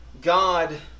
God